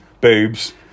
boobs